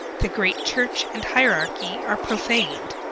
the great church and hierarchy are profaned.